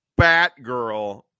Batgirl